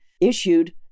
issued